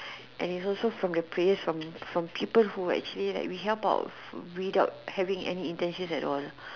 and its also from the prayers from from people who actually we help out without having any intention at all